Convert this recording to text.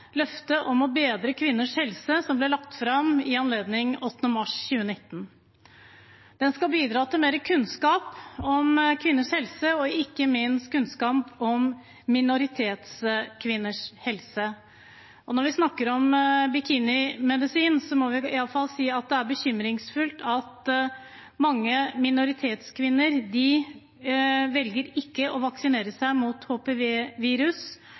løftet om å bedre kvinners helse, som ble lagt fram i anledning 8. mars 2019. Den skal bidra til å gi mer kunnskap om kvinners helse, og ikke minst kunnskap om minoritetskvinners helse. Når vi snakker om bikinimedisin, må vi i alle fall si det er bekymringsfullt at mange minoritetskvinner velger ikke å vaksinere seg mot